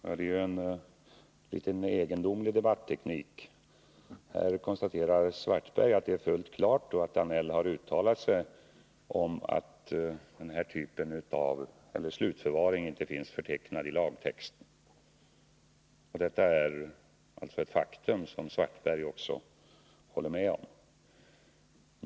Herr talman! Karl-Erik Svartberg tillämpar en något egendomlig debattteknik. Han konstaterar att det är fullt klart att Georg Danell har uttalat att den här typen av slutförvaring inte finns förtecknad i lagtext. Detta är alltså ett faktum, vilket Karl-Erik Svartberg också håller med om.